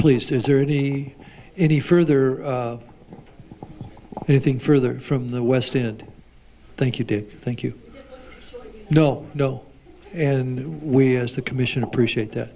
please is there any any further anything further from the west and thank you did thank you no no and we as the commission appreciate